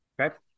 Okay